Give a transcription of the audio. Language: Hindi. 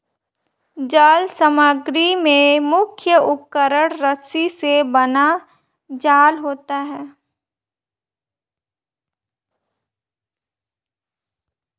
जल समग्री में मुख्य उपकरण रस्सी से बना जाल होता है